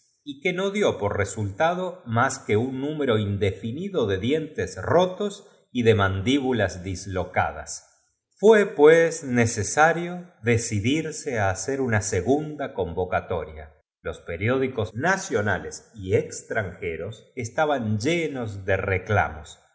y que no dió por resultado más que un número indefinido de dientes rotos y de mandíbulas dislocadas fué pues necesario decidirso á hacer una segunda convocatoria los periódicos nacionales y extranjeros estaban henos de reclamos el